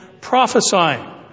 prophesying